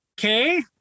Okay